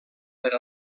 per